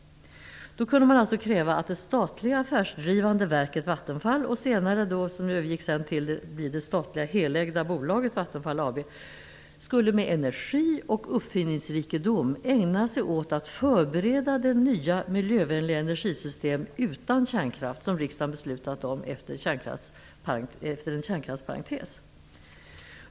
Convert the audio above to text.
Då kunde man alltså kräva att det statliga affärsdrivande verket Vattenfall, som senare övergick till att bli ett av staten helägt bolag, Vattenfall AB, med energi och uppfinningsrikedom skulle ägna sig åt att förbereda det nya miljövänliga energisystem utan kärnkraft som riksdagen fattat beslut om efter en kärnkraftsparentes.